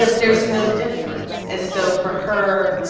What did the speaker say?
ah there's no difference. and so for her,